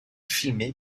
filmés